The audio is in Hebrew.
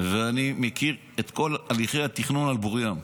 ואני מכיר את כל הליכי התכנון על בוריים.